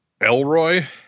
Elroy